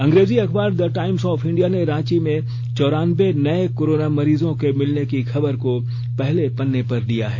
अंग्रेजी अखबार the Times of India ने रांची में चौरानबे नए कोरोना मरीजों के मिलने की खबर को पहले पन्ने पर लिया है